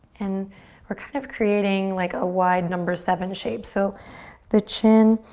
and we're kind of creating like a wide number seven shape. so the chin